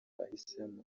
bahisemo